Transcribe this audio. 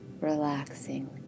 relaxing